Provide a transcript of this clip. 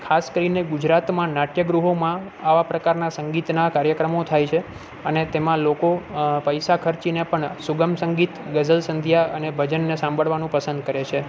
ખાસ કરીને ગુજરાતમાં નાટ્યગૃહોમાં આવા પ્રકારના સંગીતના કાર્યક્રમો થાય છે અને તેમાં લોકો પૈસા ખર્ચીને પણ સુગમ સંગીત ગઝલ સંધ્યા અને ભજનને સાંભળવાનું પસંદ કરે છે